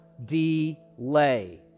delay